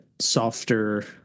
softer